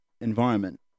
environment